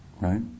right